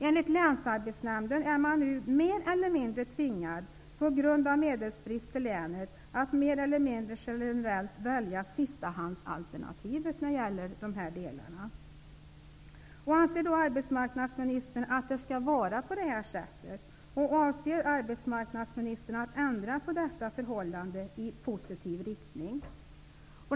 Enligt Länsarbetsnämnden är man på grund av medelsbrist i länet nu mer eller mindre tvingad att välja sistahandsalternativet. Anser arbetsmarknadsministern att det skall vara på detta sätt? Avser arbetsmarknadsministern att ändra på detta förhållande i positiv riktning?